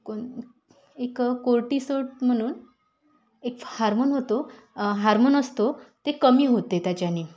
कोण एक कोर्टिसोट म्हणून एक हार्मोन होतो हार्मोन असतो ते कमी होते त्याच्याने